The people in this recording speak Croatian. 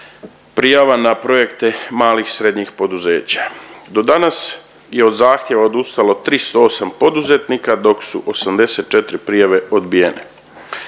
prijava na projekte malih i srednjih poduzeća. Do danas je od zahtjeva odustalo 308 poduzetnika, dok su 84 prijave odbijene.